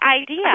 idea